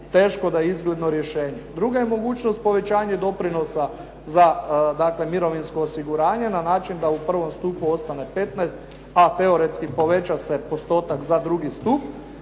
teško da je izgledno rješenje. Druga je mogućnost povećanje doprinosa za mirovinsko osiguranje na način da u prvom stupu ostane 15 pa teoretski poveća se postotak za drugi stup,